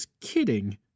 kidding